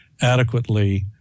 adequately